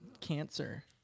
cancer